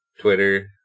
Twitter